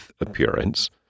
appearance